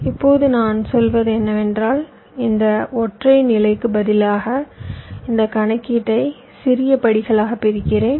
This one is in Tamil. இப்போது நான் சொல்வது என்னவென்றால் இந்த ஒற்றை நிலைக்கு பதிலாக இந்த கணக்கீட்டை சிறிய படிகளாக பிரிக்கிறேன்